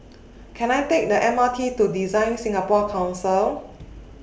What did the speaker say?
Can I Take The M R T to DesignSingapore Council